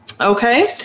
Okay